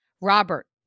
Robert